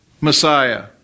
Messiah